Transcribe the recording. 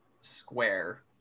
square